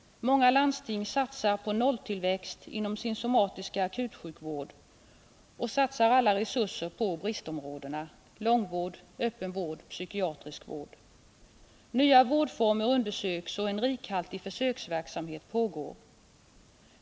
Många landsting satsar på nolltillväxt inom den somatiska akutsjukvården och satsar alla resurser på bristområdena långvård, öppen vård och psykiatrisk vård. Nya vårdformer undersöks, och en rikhaltig försöksverksamhet pågår.